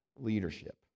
leadership